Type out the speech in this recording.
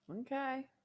Okay